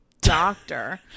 doctor